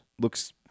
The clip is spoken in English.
looks